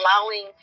allowing